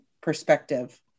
perspective